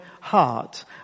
heart